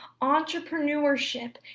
Entrepreneurship